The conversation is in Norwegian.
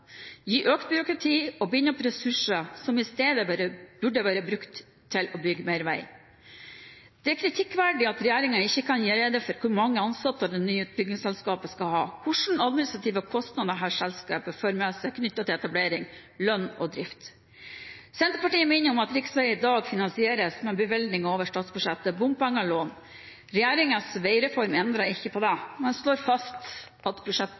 gi økt byråkrati og binde opp ressurser som i stedet burde vært brukt til å bygge mer vei. Det er kritikkverdig at regjeringen ikke kan gjøre rede for hvor mange ansatte det nye utbyggingsselskapet skal ha, og hvilke administrative kostnader dette selskapet fører med seg knyttet til etablering, lønn og drift. Senterpartiet minner om at riksvei i dag finansieres med bevilgninger over statsbudsjettet, bompenger og lån. Regjeringens veireform endrer ikke på det, men slår fast at